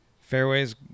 fairways